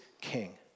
king